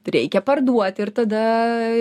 reikia parduot ir tada